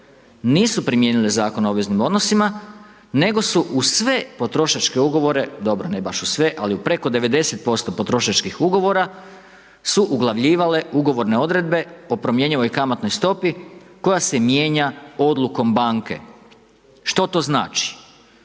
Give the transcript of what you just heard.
Nisu primijenile Zakon o obveznim odnosima nego su uz sve potrošačke ugovore, dobro ne baš u sve ali u preko 90% potrošačkih ugovora su uglavljivale ugovorne odredbe o promjenjivoj kamatnoj stopi koja se mijenja odlukom banke. Što to znači?